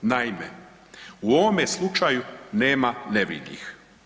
Naime, u ovome slučaju nema nevinih.